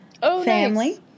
family